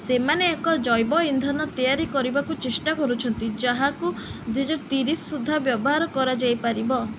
ସେମାନେ ଏକ ଜୈବ ଇନ୍ଧନ ତିଆରି କରିବାକୁ ଚେଷ୍ଟା କରୁଛନ୍ତି ଯାହାକୁ ଦୁଇ ହଜାର ତିରିଶ ସୁଦ୍ଧା ବ୍ୟବହାର କରାଯାଇପାରିବ